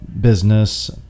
business